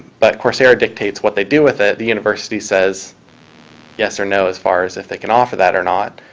but coursera dictates what they do with it. the university says yes or no, as far as if they can offer that or not.